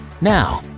Now